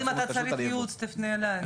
אז אם אתה צריך ייעוץ תפנה אליי,